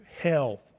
health